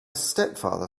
stepfather